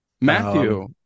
Matthew